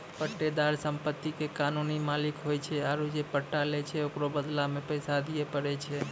पट्टेदार सम्पति के कानूनी मालिक होय छै आरु जे पट्टा लै छै ओकरो बदला मे पैसा दिये पड़ै छै